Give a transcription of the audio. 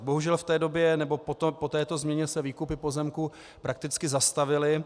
Bohužel v té době nebo po této změně se výkupy pozemků prakticky zastavily.